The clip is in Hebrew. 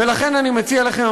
ולכן אני מציע לכם,